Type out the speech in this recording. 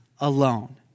alone